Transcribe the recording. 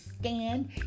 stand